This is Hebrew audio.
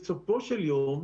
בסופו של יום,